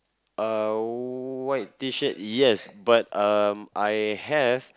uh white T-shirt yes but um I have